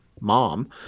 Mom